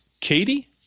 Katie